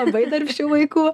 labai darbščių vaikų